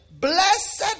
Blessed